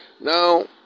Now